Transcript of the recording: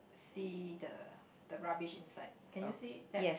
see the the rubbish inside can you see that